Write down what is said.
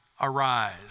arise